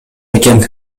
экен